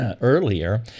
earlier